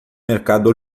mercado